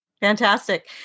fantastic